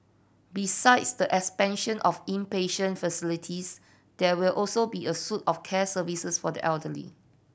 besides the expansion of inpatient facilities there will also be a suite of care services for the elderly